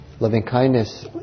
Loving-kindness